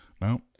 No